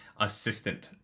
assistant